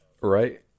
right